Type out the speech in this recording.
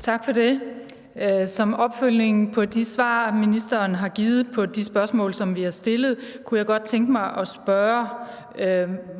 Tak for det. Som opfølgning på de svar, ministeren har givet på de spørgsmål, vi har stillet, kunne jeg godt tænke mig at spørge om,